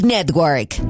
Network